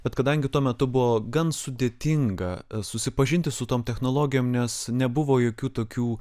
bet kadangi tuo metu buvo gan sudėtinga susipažinti su tom technologijom nes nebuvo jokių tokių